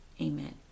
Amen